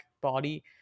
body